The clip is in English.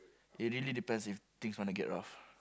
it really depends if things want to get rough